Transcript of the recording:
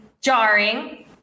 jarring